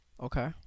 Okay